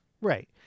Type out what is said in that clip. right